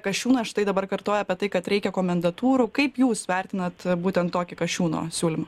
kasčiūnas štai dabar kartoja apie tai kad reikia komendatūrų kaip jūs vertinat būtent tokį kasčiūno siūlymą